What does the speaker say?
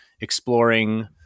exploring